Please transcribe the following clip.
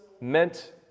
meant